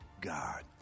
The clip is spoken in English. God